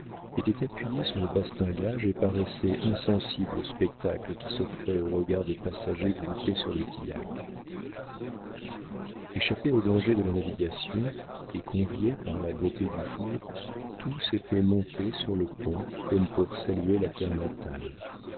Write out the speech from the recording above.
était appuyé sur le bastingage et paraissait insensible au spectacle qui s'offrait aux regards des passagers groupés sur le tillac échappés aux dangers de la navigation et conviés par la beauté du jour tous étaient montés sur le pont comme pour saluer la terre natale